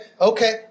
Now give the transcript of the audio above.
okay